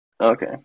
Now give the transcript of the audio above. Okay